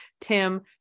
Tim